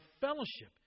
fellowship